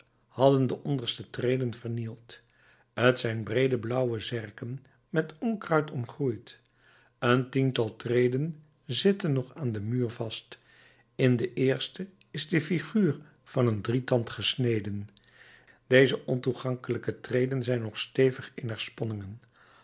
hadden de onderste treden vernield t zijn breede blauwe zerken met onkruid omgroeid een tiental treden zitten nog aan den muur vast in de eerste is de figuur van een drietand gesneden deze ontoegankelijke treden zijn nog stevig in haar sponningen